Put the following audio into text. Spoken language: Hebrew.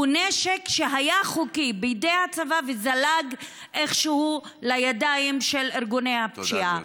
נשק שהיה חוקי בידי הצבא וזלג איכשהו לידיים של ארגוני הפשיעה.